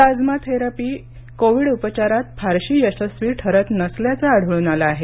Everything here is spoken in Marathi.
प्लाझ्मा थेरपी कोविड उपचारात फारशी यशस्वी ठरत नसल्याचं आढळून आलं आहे